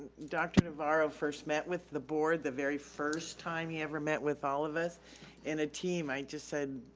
dr. navarro first met with the board the very first time he ever met with all of us in a team, i just said,